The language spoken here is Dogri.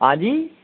आं जी